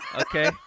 okay